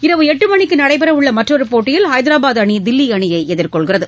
இரவு எட்டு மணிக்கு நடைபெறவுள்ள மற்றொரு போட்டியில் ஹைதராபாத் அணி தில்லி அணியை எதிர்கொள்கிறது